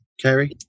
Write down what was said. Carrie